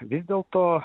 vis dėlto